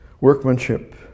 workmanship